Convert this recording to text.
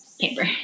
paper